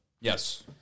Yes